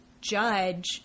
judge